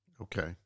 Okay